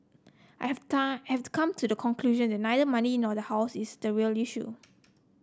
I have I have come to the conclusion that neither money nor the house is the real issue